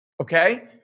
Okay